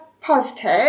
positive